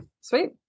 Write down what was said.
sweet